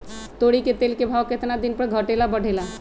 तोरी के तेल के भाव केतना दिन पर घटे ला बढ़े ला?